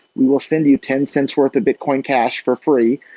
we will send you ten cents worth of bitcoin cash for free,